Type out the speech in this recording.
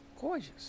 gorgeous